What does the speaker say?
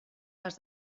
les